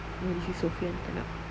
oh this is sufian tak nak